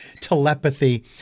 telepathy